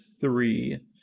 three